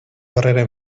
barrera